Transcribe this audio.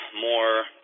more